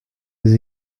des